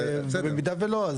ובמידה ולא,